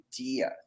idea